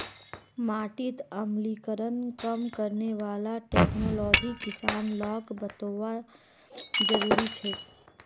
माटीत अम्लीकरण कम करने वाला टेक्नोलॉजी किसान लाक बतौव्वा जरुरी छेक